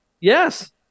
Yes